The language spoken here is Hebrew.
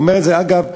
הוא אומר את זה, אגב,